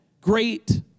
great